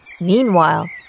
Meanwhile